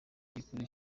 gikuru